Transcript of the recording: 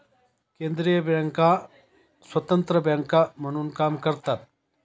केंद्रीय बँका स्वतंत्र बँका म्हणून काम करतात